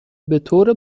بطور